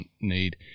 need